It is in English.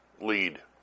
lead